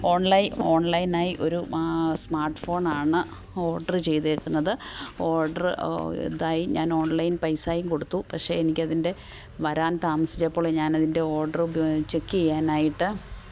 online online ആയി ഒരു smart phone ആണ് ഓർഡർ ചെയ്തിരിക്കുന്നത് ഓർഡർ എന്തായി ഞാൻ ഓണ്ലൈന് പൈസയും കൊടുത്തു പക്ഷേ എനിക്ക് അതിന്റെ വരാന് താമസിച്ചപ്പോൾ ഞാൻ അതിന്റെ ഓർഡർ ചെക്ക് ചെയ്യാനായിട്ട്